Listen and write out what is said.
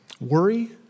worry